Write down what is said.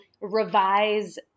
revise